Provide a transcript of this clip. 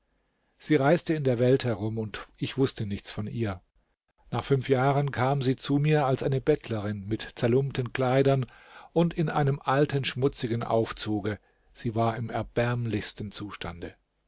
sie reiste in der welt herum und ich wußte nichts von ihr nach fünf jahren kam sie zu mir als eine bettlerin mit zerlumpten kleidern und in einem alten schmutzigen aufzuge sie war im erbärmlichsten zustande